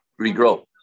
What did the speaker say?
regrow